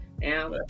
Now